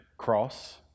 cross